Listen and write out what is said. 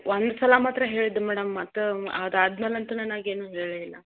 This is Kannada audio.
ಒಂದು ಸಲ ಮಾತ್ರ ಹೇಳಿದ್ದೆ ಮೇಡಮ್ ಮತ್ತೆ ಅದು ಆದಮೇಲಂತು ನನಗೇನು ಹೇಳೆ ಇಲ್ಲ